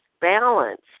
balance